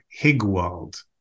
Higwald